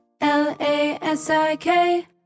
L-A-S-I-K